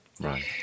Right